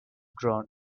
grown